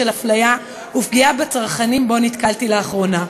אפליה ופגיעה בצרכנים שבו נתקלתי לאחרונה.